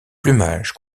plumage